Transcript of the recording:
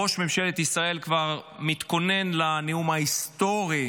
וראש ממשלת ישראל כבר מתכונן לנאום ההיסטורי,